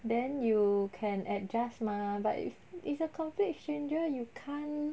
then you can adjust mah but if it's a complete stranger you can't